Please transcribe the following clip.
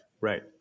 right